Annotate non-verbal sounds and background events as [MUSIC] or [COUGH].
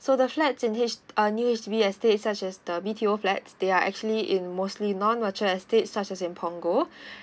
so the flats in H~ uh new H_D_B estate such as the B_T_O flats there are actually in mostly non mature estate such as in punggol [BREATH]